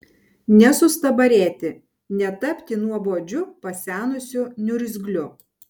nesustabarėti netapti nuobodžiu pasenusiu niurzgliu